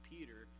Peter